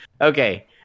Okay